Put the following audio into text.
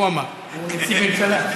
הוא אמר, הוא נציג ממשלה.